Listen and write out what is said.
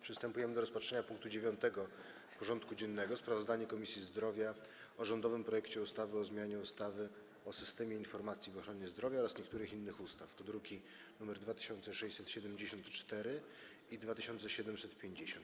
Przystępujemy do rozpatrzenia punktu 9. porządku dziennego: Sprawozdanie Komisji Zdrowia o rządowym projekcie ustawy o zmianie ustawy o systemie informacji w ochronie zdrowia oraz niektórych innych ustaw (druki nr 2674 i 2750)